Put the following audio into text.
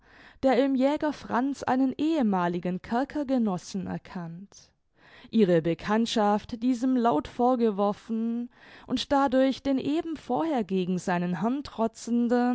der im jäger franz einen ehemaligen kerkergenossen erkannt ihre bekanntschaft diesem laut vorgeworfen und dadurch den eben vorher gegen seinen herrn trotzenden